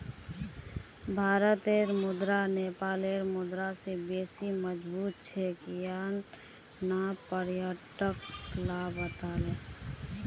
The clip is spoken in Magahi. भारतेर मुद्रा नेपालेर मुद्रा स बेसी मजबूत छेक यन न पर्यटक ला बताले